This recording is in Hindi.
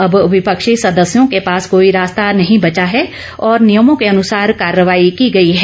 अब विपक्षी सदस्यों के पास कोई रास्ता नहीं बचा है और नियमों के अनुसार कार्रवाई की गई है